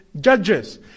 judges